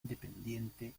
independiente